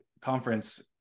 conference